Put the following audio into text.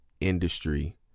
industry